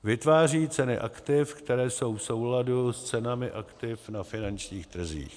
(a) vytváří ceny aktiv, které jsou v souladu s cenami aktiv na finančních trzích;